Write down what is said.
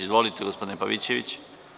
Izvolite gospodine Pavićeviću.